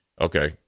okay